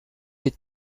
des